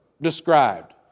described